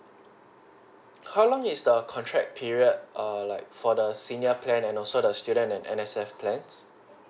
how long is the contract period err like for the senior plan and also the student and N_S_F plans